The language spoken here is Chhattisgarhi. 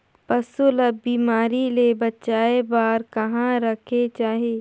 पशु ला बिमारी ले बचाय बार कहा रखे चाही?